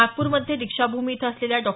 नागपूर मध्ये दीक्षाभूमी इथं असलेल्या डॉ